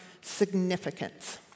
significance